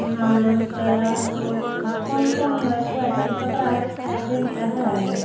हाँ तो अब कौन कौन क्वेलटी कपड़ा अच्छी रेन्ज का है